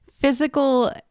physical